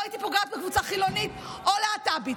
הייתי פוגעת בקבוצה חילונית או להט"בית.